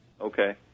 Okay